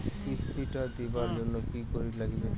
কিস্তি টা দিবার জন্যে কি করির লাগিবে?